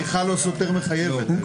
"מדריכה" לא סותר "מחייבת".